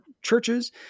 churches